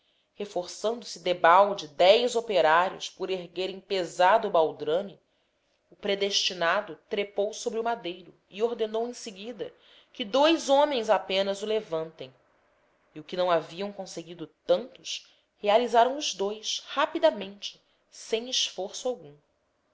lá está esforçando se debalde dez operários por erguerem pesado baldrame o predestinado trepou sobre o madeiro e ordenou em seguida que dous homens apenas o levantem e o que não haviam conseguido tantos realizaram os dous rapidamente sem esforço algum